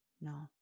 No